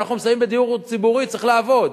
כשאנחנו מסייעים בדיור ציבורי צריך לעבוד.